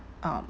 um